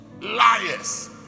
liars